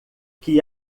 que